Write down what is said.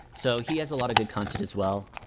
so he has a lot of good content as well.